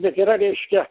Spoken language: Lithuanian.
bet yra reiškia